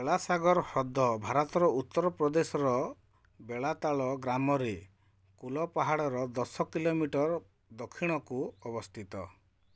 ବେଲାସାଗର ହ୍ରଦ ଭାରତର ଉତ୍ତର ପ୍ରଦେଶର ବେଳାତାଳ ଗ୍ରାମରେ କୁଲପାହାଡ଼ର ଦଶ କିଲୋମିଟର ଦକ୍ଷିଣକୁ ଅବସ୍ଥିତ